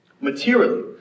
materially